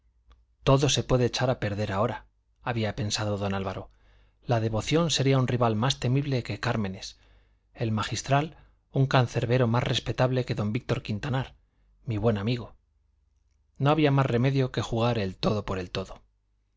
todo se puede echar a perder ahora había pensado don álvaro la devoción sería un rival más temible que cármenes el magistral un cancerbero más respetable que don víctor quintanar mi buen amigo no había más remedio que jugar el todo por el todo